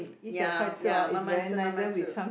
ya ya 慢慢吃慢慢吃